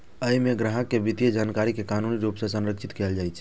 अय मे ग्राहक के वित्तीय जानकारी कें कानूनी रूप सं संरक्षित कैल जाइ छै